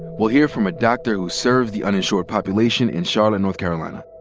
we'll hear from a doctor who served the uninsured population in charlotte, north carolina.